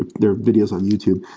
ah there are videos on youtube.